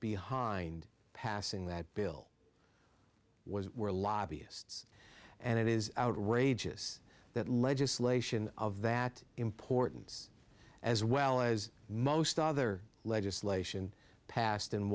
behind passing that bill was were lobbyists and it is outrageous that legislation of that importance as well as most other legislation passed in